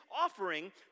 offering